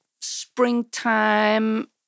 springtime